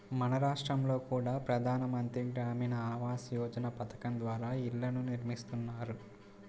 మన రాష్టంలో కూడా ప్రధాన మంత్రి గ్రామీణ ఆవాస్ యోజన పథకం ద్వారా ఇళ్ళను నిర్మిస్తున్నారు